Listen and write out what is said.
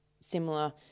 similar